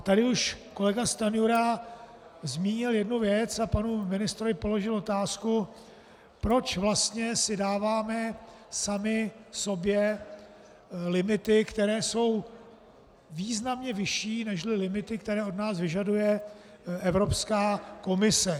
Tady už kolega Stanjura zmínil jednu věc a panu ministrovi položil otázku, proč vlastně si dáváme sami sobě limity, které jsou významně vyšší než limity, které od nás vyžaduje Evropská komise.